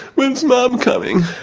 when's mum coming?